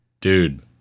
dude